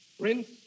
Prince